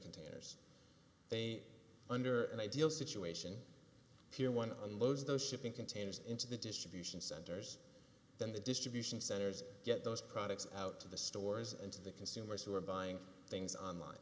container they under an ideal situation here one of those those shipping containers into the distribution centers then the distribution centers get those products out to the stores and to the consumers who are buying things on line